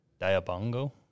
Diabongo